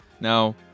Now